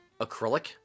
acrylic